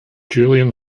julian